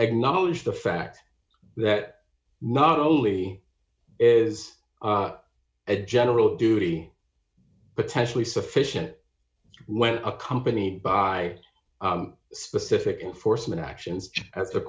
acknowledged the fact that not only is a general duty potentially sufficient when a company by specific enforcement actions at the